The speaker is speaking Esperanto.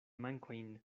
mankojn